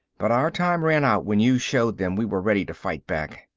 but our time ran out when you showed them we were ready to fight back.